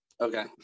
okay